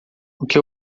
que